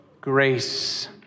grace